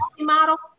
model